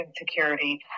insecurity